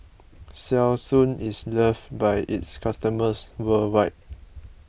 Selsun is loved by its customers worldwide